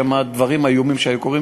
דברים איומים שהיו קורים,